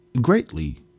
greatly